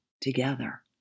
together